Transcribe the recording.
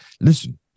listen